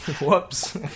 Whoops